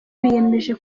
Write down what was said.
biyemeje